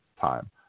time